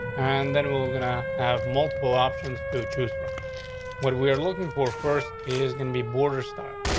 and then we're gonna have multiple options to choose from what we're looking for first is gonna be border style.